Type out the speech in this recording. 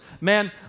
Man